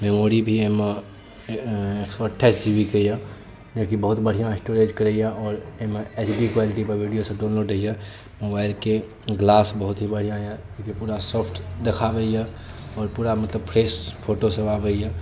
memory भी एहिमे एक सए अठाइस जी बी के अछि जे की बहुत बढ़िऑं स्टोरेज करैया आओर एहिमे एच डी क्वॉलिटी के वीडियो सभ डाउनलोड होइया मोबाइलक गिलास बहुत ही बढ़िऑं अछि पूरा सॉफ्ट देखाबैया पूरा मतलब फ्रेश फोटोसभ आबैया